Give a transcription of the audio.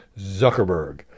Zuckerberg